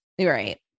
right